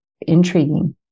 intriguing